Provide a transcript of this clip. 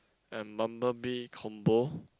and Bumblebee combo